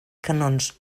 canons